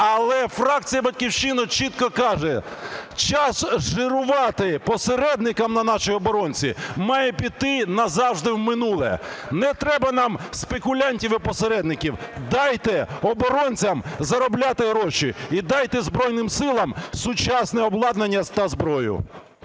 Але фракція "Батьківщини" чітко каже, час жирувати посередникам на нашій оборонці має піти назавжди в минуле. Не треба нам спекулянтів і посередників. Дайте оборонцям заробляти гроші, і дайте Збройним Силам сучасне обладнання та зброю.